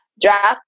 draft